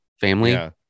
family